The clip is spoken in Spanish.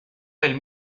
del